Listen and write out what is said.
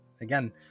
again